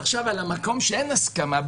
מקום שאין הסכמה: